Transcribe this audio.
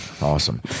Awesome